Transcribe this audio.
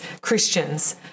Christians